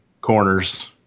corners